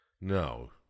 No